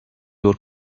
your